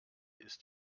ist